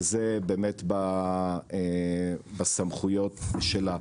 וזה באמת בסמכויות שלה.